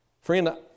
Friend